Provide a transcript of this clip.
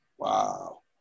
Wow